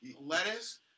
lettuce